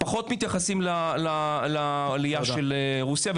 פחות מתייחסים לעלייה של רוסיה.